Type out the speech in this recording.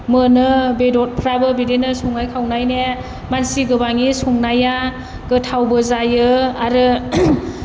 मोनो बेदरफ्राबो बिदिनो संनाय खावनायना मानसि गोबांनि संनाया गोथावबो जायो आरो